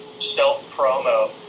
self-promo